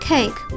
Cake